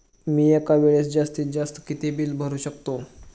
मी एका वेळेस जास्तीत जास्त किती बिल भरू शकतो?